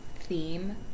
theme